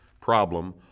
problem